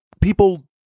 people